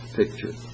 picture